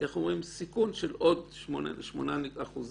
סיכון של עוד 8.6%,